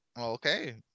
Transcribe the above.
Okay